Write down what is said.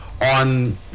on